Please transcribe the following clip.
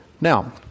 Now